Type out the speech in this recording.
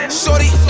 shorty